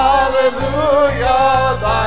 Hallelujah